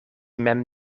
mem